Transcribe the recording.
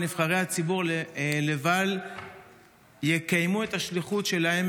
על נבחרי הציבור לבל יקיימו את השליחות שלהם